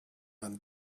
man